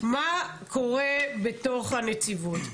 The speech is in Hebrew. מה קורה בתוך הנציבות.